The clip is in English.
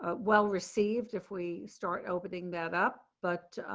ah well received. if we start opening that up but